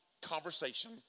conversation